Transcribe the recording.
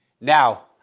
Now